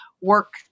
work